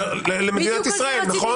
למדינת ישראל.